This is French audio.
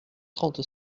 trente